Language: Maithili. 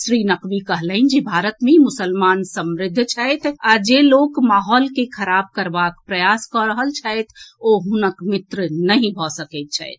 श्री नकवी कहलनि जे भारत मे मुसलमान समृद्ध छथि आ जे लोक महौल के खराब करबाक प्रयास कऽ रहल छथि ओ हुनक मित्र नहि भऽ सकैत छथि